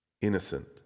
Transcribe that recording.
innocent